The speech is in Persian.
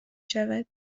شود